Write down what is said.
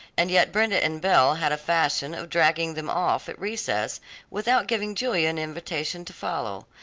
and yet brenda and belle had a fashion of dragging them off at recess without giving julia an invitation to follow,